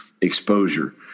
exposure